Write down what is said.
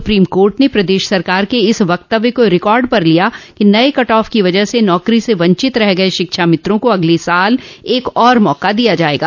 supreme court ने प्रदेश सरकार के इस वक्तव्य को रिकॉर्ड पर लिया कि नये कटऑफ की वजह से नौकरी से वंचित रह गए शिक्षामित्रों को अगले साल एक और मौका दिया जाएगा